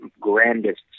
grandest